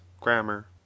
grammar